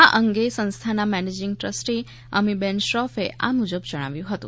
આ અંગે સંસ્થાના મેનેજીંગ ટ્રસ્ટી અમીબેન શ્રોફે આ મુજબ જણાવ્યું હતું